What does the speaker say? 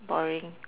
boring